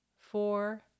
four